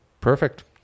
perfect